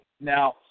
Now